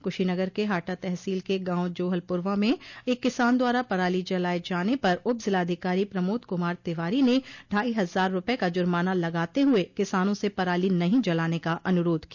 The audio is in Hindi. कुशीनगर के हाटा तहसील के गांव जोहलपुरवां में एक किसान द्वारा पराली जलाये जाने पर उप जिलाधिकारी प्रमोद कुमार तिवारी ने ढाई हजार रूपये का जुर्माना लगाते हुए उन्होंने किसानों से पराली नहीं जलाने का अनुरोध किया